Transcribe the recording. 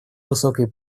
высокий